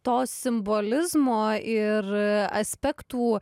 to simbolizmo ir aspektų